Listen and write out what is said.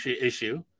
issue